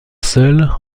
seul